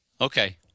Okay